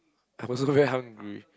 I was very hungry